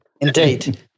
indeed